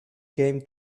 came